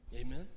Amen